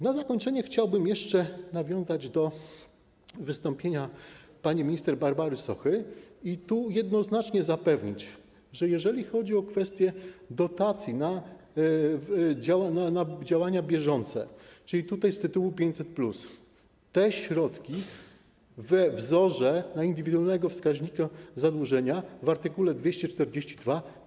Na zakończenie chciałbym jeszcze nawiązać do wystąpienia pani minister Barbary Sochy i jednoznacznie zapewnić, że jeżeli chodzi o kwestię dotacji na działania bieżące, czyli tutaj z tytułu 500+, to te środki nie są uwzględniane we wzorze na indywidualny wskaźnik zadłużenia w art. 242.